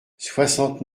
soixante